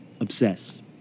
obsess